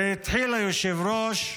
זה התחיל, היושב-ראש,